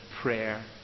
prayer